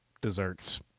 desserts